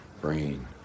brain